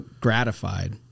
gratified